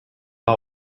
war